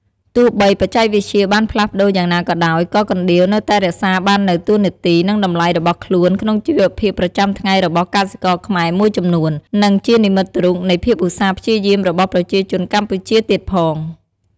ទោះបីបច្ចេកវិទ្យាបានផ្លាស់ប្តូរយ៉ាងណាក៏ដោយ ក៏កណ្ដៀវនៅតែរក្សាបាននូវតួនាទី និងតម្លៃរបស់ខ្លួនក្នុងជីវភាពប្រចាំថ្ងៃរបស់កសិករខ្មែរមួយចំនួន និងជានិមិត្តរូបនៃភាពឧស្សាហ៍ព្យាយាមរបស់ប្រជាជនកម្ពុជាទៀតផង។